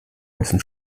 müssen